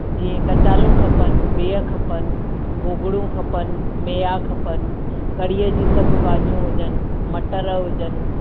जींअ कचालू खपनि बीह खपनि गोगरूं खपनि मेहा खपनि कढ़ीअ जे सब भाॼियूं हुजनि मटरु हुजनि